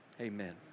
amen